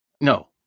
No